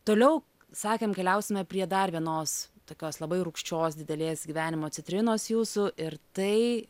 toliau sakėm keliausime prie dar vienos tokios labai rūgščios didelės gyvenimo citrinos jūsų ir tai